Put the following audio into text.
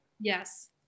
Yes